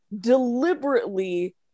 deliberately